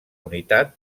unitat